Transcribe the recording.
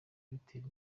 bitera